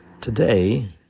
Today